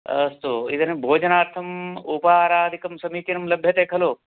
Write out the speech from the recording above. अस्तु इदानीं भोजनार्थम् उपहारादिकं समीचीनं लभ्यते खलु